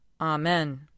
Amen